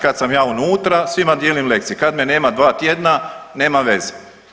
Kad sam ja unutra svima dijelim lekcije, kad me nema dva tjedna nema veze.